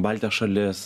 baltijos šalis